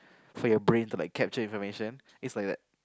for your brain to like capture information is like that